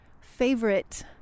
favorite